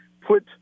put